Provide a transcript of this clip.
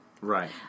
Right